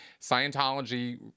Scientology